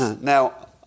Now